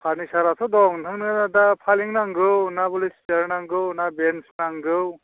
फार्निसाराथ' दं नोंथांनो दा फालें नांगौ ना भलि सेयार नांगौ ना बेन्स नांगौ